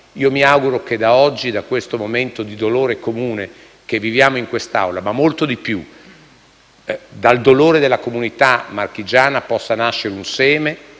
Mi auguro che da oggi, da questo momento di dolore comune, che viviamo in quest'Aula, ma molto di più dal dolore della comunità marchigiana, possa nascere un seme,